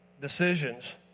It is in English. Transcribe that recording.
decisions